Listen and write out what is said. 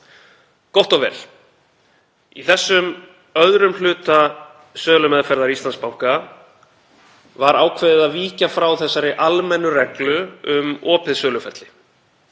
Gott og vel. Í þessum öðrum hluta sölumeðferðar Íslandsbanka var ákveðið að víkja frá þessari almennu reglu um opið söluferli.